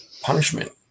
punishment